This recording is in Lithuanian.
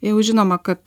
jau žinoma kad